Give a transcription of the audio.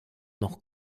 noch